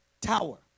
tower